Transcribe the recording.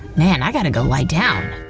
man, i gotta go lie down.